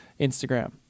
Instagram